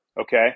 Okay